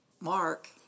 Mark